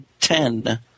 ten